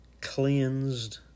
cleansed